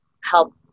help